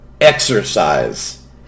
exercise